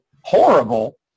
horrible